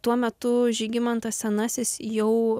tuo metu žygimantas senasis jau